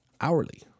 hourly